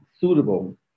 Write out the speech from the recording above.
suitable